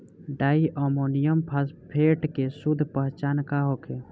Di ammonium phosphate के शुद्ध पहचान का होखे?